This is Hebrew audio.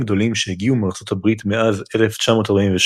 גדולים שהגיעו מארצות הברית מאז 1948,